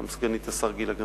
גם עם סגנית השר גילה גמליאל,